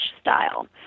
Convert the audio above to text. style